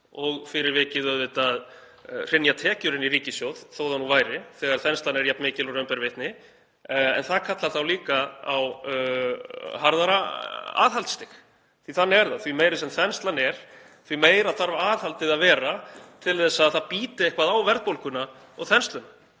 Fyrir vikið hrynja auðvitað tekjur inn í ríkissjóð, þó það nú væri þegar þenslan er jafn mikil og raun ber vitni, en það kallar líka á harðara aðhaldsstig því þannig er það. Því meiri sem þenslan er, því meira þarf aðhaldið að vera til að það bíti eitthvað á verðbólguna og þensluna.